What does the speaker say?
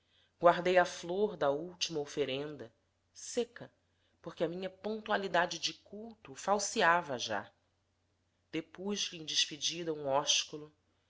guardei a flor da última oferenda seca porque a minha pontualidade de culto falseava já depus lhe em despedida um ósculo